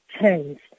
changed